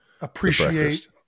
appreciate